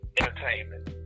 Entertainment